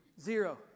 Zero